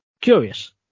Curious